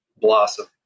blossom